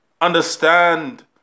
understand